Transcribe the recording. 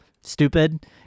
stupid